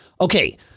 Okay